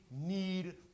need